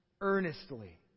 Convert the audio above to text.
earnestly